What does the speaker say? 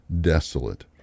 desolate